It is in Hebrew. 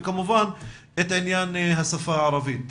וכמובן את העניין השפה הערבית.